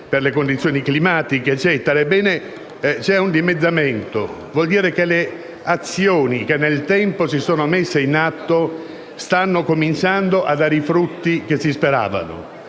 per le condizioni del mare e climatiche. Ebbene, vi è un dimezzamento: vuol dire che le azioni che nel tempo si sono messe in atto stanno cominciando a dare i frutti che si speravano.